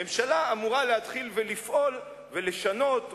הממשלה אמורה להתחיל ולפעול ולשנות,